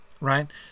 right